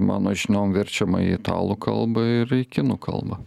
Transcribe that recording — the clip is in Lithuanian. mano žiniom verčiama į italų kalbą ir į kinų kalbą